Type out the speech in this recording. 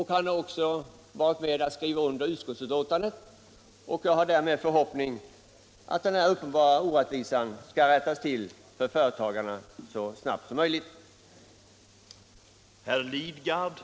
Han har också varit med om att skriva under utskottsbetänkandet, och jag hyser därför förhoppningen att orättvisorna skall rättas till så snabbt som möjligt. Herr talman! Jag yrkar bifall till utskottets hemställan.